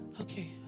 okay